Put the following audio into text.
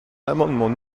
l’amendement